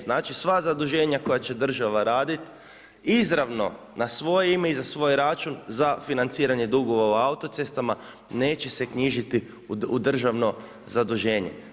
Znači sva zaduženja koja će država raditi izravno na svoje ime i za svoj račun za financiranje dugova u Autocestama neće se knjižiti u državno zaduženje.